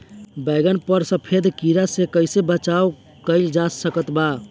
बैगन पर सफेद कीड़ा से कैसे बचाव कैल जा सकत बा?